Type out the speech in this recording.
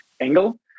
angle